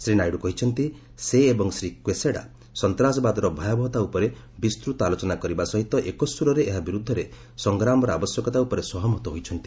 ଶ୍ରୀ ନାଇଡୁ କହିଛନ୍ତି ସେ ଏବଂ ଶ୍ରୀ କ୍ୱେସାଡା ସନ୍ତାସବାଦର ଭୟାବହତା ଉପରେ ବିସ୍ତୃତ ଆଲୋଚନା କରିବା ସହିତ ଏକସ୍ପରରେ ଏହା ବିରୁଦ୍ଧରେ ସଂଗ୍ରାମର ଆବଶ୍ୟକତା ଉପରେ ସହମତ ହୋଇଛନ୍ତି